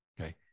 Okay